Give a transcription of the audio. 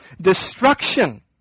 destruction